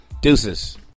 Deuces